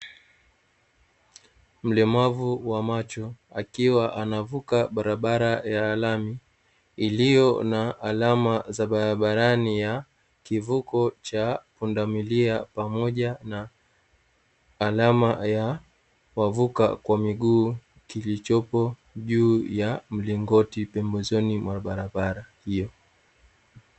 Mlemavu wa macho akiwa anavuka barabara ya lami, iliyo na alama za barabarani ya kivuko cha pundamilia pamoja na alama ya wavuka kwa miguu, kilichopo juu ya mlingoti pembezoni mwa barabara hiyo.